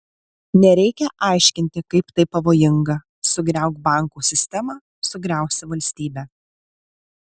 nereikia aiškinti kaip tai pavojinga sugriauk bankų sistemą sugriausi valstybę